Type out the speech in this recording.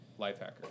Lifehacker